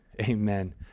Amen